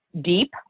deep